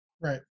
Right